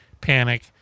panic